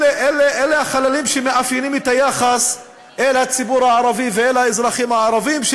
אלה החללים שמאפיינים את היחס אל הציבור הערבי ואל האזרחים הערבים,